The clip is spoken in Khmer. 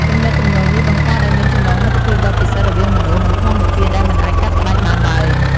ទំនាក់ទំនងនេះបង្កើតឱ្យមានចំណងមិត្តភាពដ៏ពិសិដ្ឋរវាងមនុស្ស និងធម្មជាតិ ដែលមិនអាចកាត់ផ្តាច់បានឡើយ។